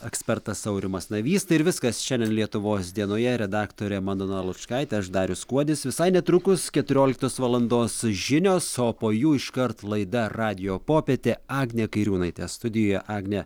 ekspertas aurimas navys tai ir viskas šiandien lietuvos dienoje redaktorė madona lučkaitė aš darius kuodis visai netrukus keturioliktos valandos žinios o po jų iškart laida radijo popietė agnė kairiūnaitė studijoje agne